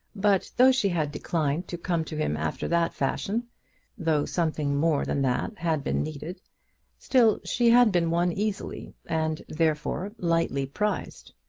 but though she had declined to come to him after that fashion though something more than that had been needed still she had been won easily, and, therefore, lightly prized.